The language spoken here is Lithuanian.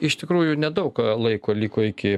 iš tikrųjų nedaug laiko liko iki